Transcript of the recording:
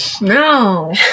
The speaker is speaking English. No